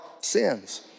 sins